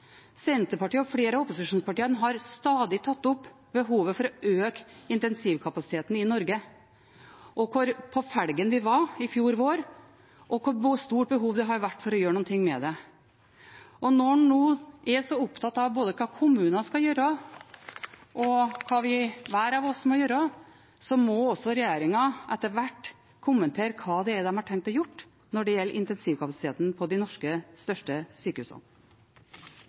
Senterpartiet og flere av opposisjonspartiene har stadig tatt opp behovet for å øke intensivkapasiteten i Norge, og hvor på felgen vi var i fjor vår, og hvor stort behov det har vært for å gjøre noe med det. Og når man nå er så opptatt av både hva kommuner skal gjøre, og hva hver av oss må gjøre, så må også regjeringen etter hvert kommentere hva de har tenkt å gjøre når det gjelder intensivkapasiteten på de største norske sykehusene.